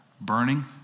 burning